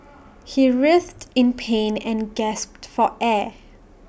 he writhed in pain and gasped for air